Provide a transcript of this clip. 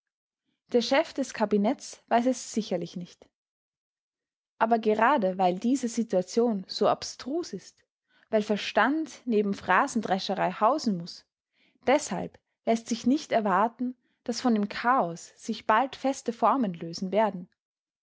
der chef des kabinetts weiß es sicherlich nicht aber gerade weil diese situation so abstrus ist weil verstand neben phrasendrescherei hausen muß deshalb läßt sich nicht erwarten daß von dem chaos sich bald feste formen lösen werden